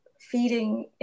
feeding